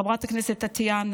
חברת הכנסת טטיאנה,